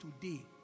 today